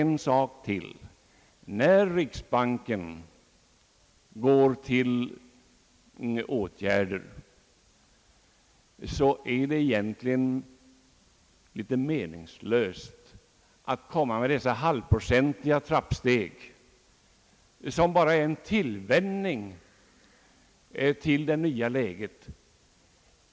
När riksbanken går till åtgärder, är det egentligen meningslöst att ta endast halvprocentiga trappsteg, som bara medför en tillvänjning till det nya läget.